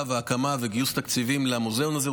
והקמה וגיוס תקציבים למוזיאון הזה,